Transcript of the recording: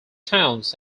towns